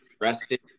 rested